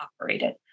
operated